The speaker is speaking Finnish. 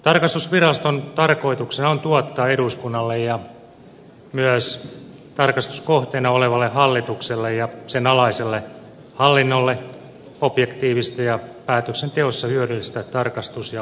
tarkastusviraston tarkoituksena on tuottaa eduskunnalle ja myös tarkastuskohteena olevalle hallitukselle ja sen alaiselle hallinnolle objektiivista ja päätöksenteossa hyödyllistä tarkastus ja valvontatietoa